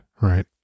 right